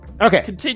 Okay